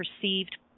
perceived